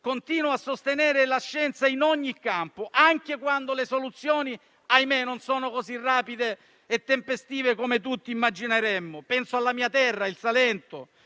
continuo a sostenere la scienza in ogni campo, anche quando le soluzioni - ahimè - non sono così rapide e tempestive come tutti immagineremmo. Penso alla mia terra, il Salento,